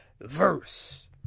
verse